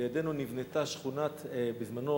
לידנו נבנתה בזמנו